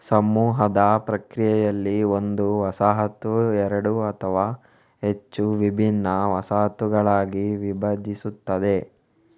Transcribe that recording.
ಸಮೂಹದ ಪ್ರಕ್ರಿಯೆಯಲ್ಲಿ, ಒಂದು ವಸಾಹತು ಎರಡು ಅಥವಾ ಹೆಚ್ಚು ವಿಭಿನ್ನ ವಸಾಹತುಗಳಾಗಿ ವಿಭಜಿಸುತ್ತದೆ